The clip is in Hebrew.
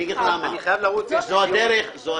אני חייב לרוץ, יש לי דיון.